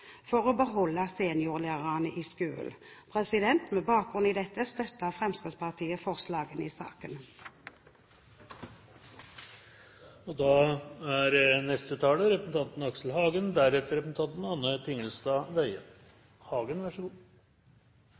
for å beholde seniorlærerne i skolen. Med bakgrunn i dette støtter Fremskrittspartiet forslagene i saken. Et viktig spørsmål, eller kanskje det er